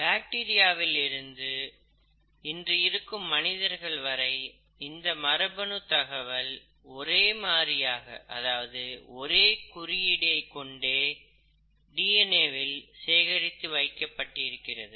பாக்டீரியாவில் தொடங்கி இன்று இருக்கும் மனிதர்கள் வரை இந்த மரபணு தகவல் ஒரே மாதிரியாக அதாவது ஒரே குறியீடை கொண்டே டி என் ஏ வில் சேகரித்து வைக்கப்பட்டிருக்கிறது